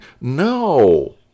No